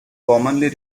commonly